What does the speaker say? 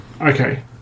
Okay